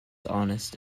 honest